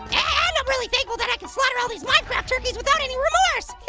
and i'm really thankful that i can slaughter all these minecraft turkeys without any remorse!